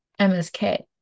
MSK